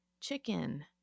Chicken